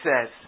says